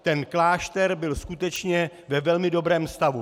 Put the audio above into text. Ten klášter byl skutečně ve velmi dobrém stavu.